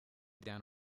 down